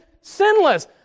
sinless